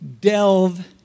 delve